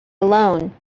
alone